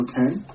okay